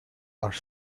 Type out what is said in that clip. are